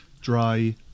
dry